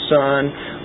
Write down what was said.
son